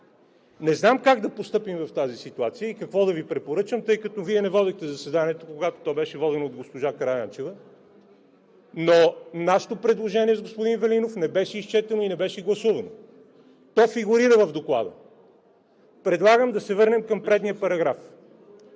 Не знам как да постъпим в тази ситуация и какво да Ви препоръчам, тъй като Вие не водехте заседанието, то беше водено от госпожа Караянчева, но нашето предложение с господин Велинов не беше изчетено и не беше гласувано. То фигурира в Доклада. Предлагам да се върнем към предния параграф.